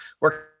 working